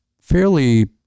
fairly